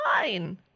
fine